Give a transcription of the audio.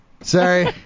Sorry